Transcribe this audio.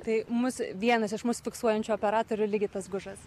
tai mus vienas iš mus fiksuojančių operatorių ligitas gužas